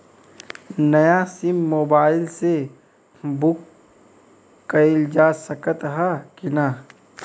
नया SIM mobile से book कइलजा सकत ह कि ना?